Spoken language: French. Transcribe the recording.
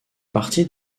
partie